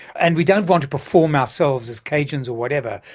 and we don't want to perform ourselves as cajuns or whatever,